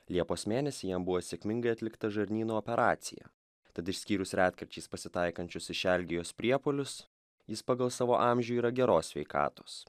liepos mėnesį jam buvo sėkmingai atlikta žarnyno operacija tad išskyrus retkarčiais pasitaikančius išelgijos priepuolius jis pagal savo amžių yra geros sveikatos